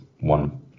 one